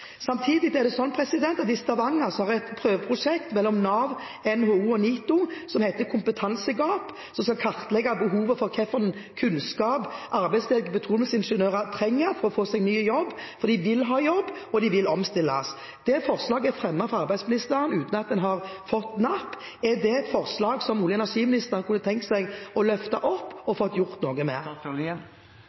Samtidig er det slik at i Stavanger skal et prøveprosjekt mellom Nav, NHO og NITO, om kompetansegap, kartlegge behovet for hva slags kunnskap arbeidsledige petroleumsingeniører trenger for å få seg ny jobb. For de vil ha jobb, og de vil omstilles. Det forslaget er fremmet for arbeidsministeren uten at en har fått napp. Er det et forslag som olje- og energiministeren kunne tenke seg å løfte opp og få gjort noe